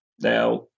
Now